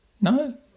No